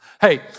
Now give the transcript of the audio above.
Hey